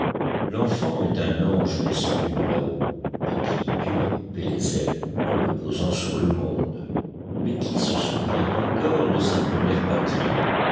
l'enfant est un ange descendu de là-haut à qui dieu a coupé les ailes en le posant sur le monde mais qui se souvient encore de sa première patrie